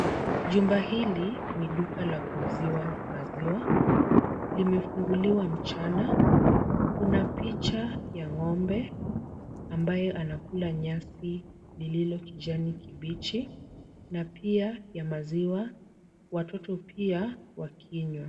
Jumba hili ni duka la kuuziwa maziwa. Limefunguliwa mchana. Kuna picha ya ng'ombe ambaye anakula nyasi lililo kijani kibichi na pia ya maziwa watoto pia wakinywa.